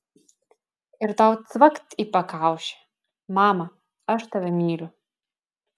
ir tau cvakt į pakaušį mama aš tave myliu